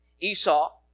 Esau